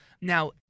Now